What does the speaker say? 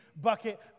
bucket